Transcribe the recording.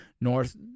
north